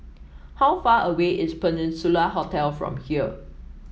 how far away is Peninsula Hotel from here